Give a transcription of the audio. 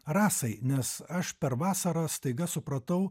rasai nes aš per vasarą staiga supratau